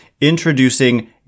introducing